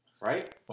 right